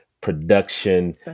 production